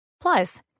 Plus